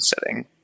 setting